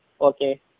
okay